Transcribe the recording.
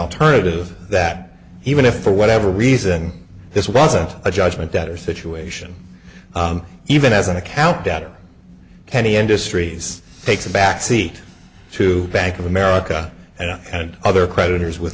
alternative that even if for whatever reason this wasn't a judgment debtor situation even as an account debtor kenny industries takes a backseat to bank of america and other creditors with